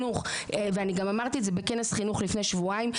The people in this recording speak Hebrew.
וגם אמרתי את זה בכנס חינוך לפני שבועיים,